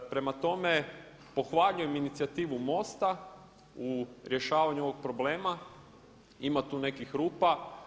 Prema tome, pohvaljujem inicijativu MOST-a u rješavanju ovog problema, ima tu nekih rupa.